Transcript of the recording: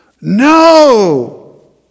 No